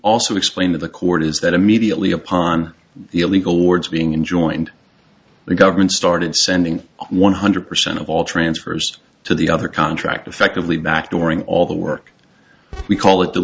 also explained to the court is that immediately upon the illegal wards being in joined the government started sending one hundred percent of all transfers to the other contract effectively back during all the work we call it